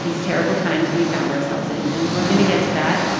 these terrible times we've found ourselves in. and we're going to get to that.